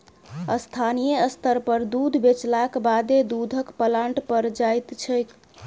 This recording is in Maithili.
स्थानीय स्तर पर दूध बेचलाक बादे दूधक प्लांट पर जाइत छै